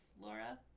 Laura